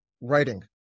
writing